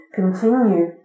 continue